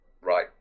Right